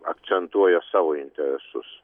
akcentuoja savo interesus